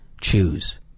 choose